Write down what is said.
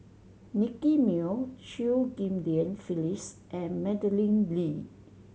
Nicky Moey Chew Ghim Lian Phyllis and Madeleine Lee